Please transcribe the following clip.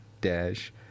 dash